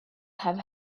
have